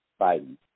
Biden